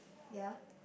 ya